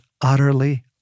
utterly